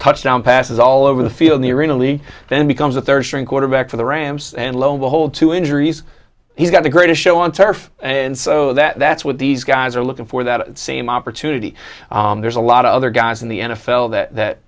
touchdown passes all over the field the arena league then becomes a third string quarterback for the rams and lo and behold to injuries he's got the greatest show on turf and so that's what these guys are looking for that same opportunity there's a lot of other guys in the n f l that